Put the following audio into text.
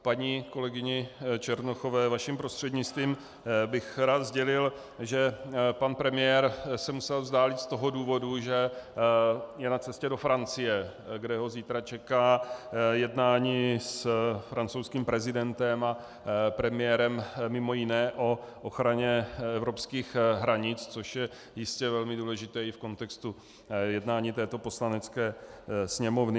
Paní kolegyni Černochové, vaším prostřednictvím, bych rád sdělil, že pan premiér se musel vzdálit z toho důvodu, že je na cestě do Francie, kde ho zítra čeká jednání s francouzským prezidentem a premiérem, mimo jiné o ochraně evropských hranic, což je jistě velmi důležité i v kontextu jednání této Poslanecké sněmovny.